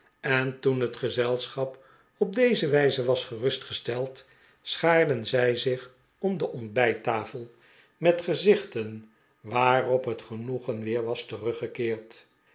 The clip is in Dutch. en toen het gezelschap op deze wijze was gerustgesteld schaarden zij zich om de ontbijttafel met gezichten waarop het genoegen weer was teruggekeerd